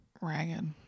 Ragged